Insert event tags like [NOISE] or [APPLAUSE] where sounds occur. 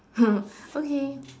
[LAUGHS] okay